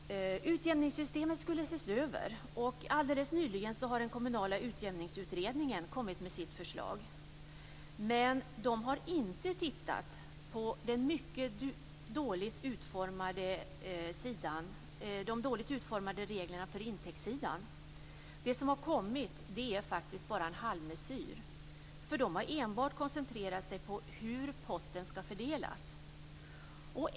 Utjämningssystemet skulle ses över, och alldeles nyligen har den kommunala utjämningsutredningen kommit med sitt förslag. Men de har inte tittat på de mycket dåligt utformade reglerna för intäktssidan. Det som har kommit är faktiskt bara en halvmesyr, för de har enbart koncentrerat sig på hur potten skall fördelas.